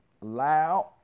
loud